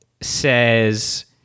says